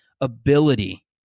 ability